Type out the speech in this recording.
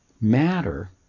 Matter